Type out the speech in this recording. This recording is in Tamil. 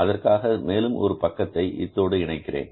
அதற்காக மேலும் ஒரு பக்கத்தை இத்தோடு இணைகிறேன்